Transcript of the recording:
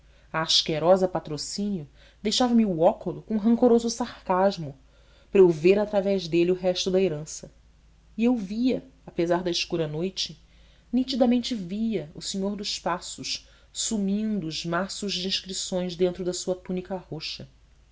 a asquerosa patrocínio deixava-me o óculo com rancoroso sarcasmo para eu ver através dele o resto da herança e eu via apesar da escura noite nitidamente via o senhor dos passos sumindo os maços de inscrições dentro da sua túnica roxa